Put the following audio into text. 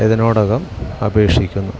ഇതിനോടകം അപേക്ഷിക്കുന്നു